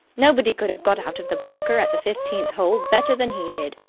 nobody could have got out of the bunker at the fifteenth hole better than he did.